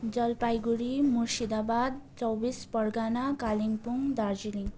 Jalpaiguri Murshidabad Chaubis Pargana Kalimpong Darjeeling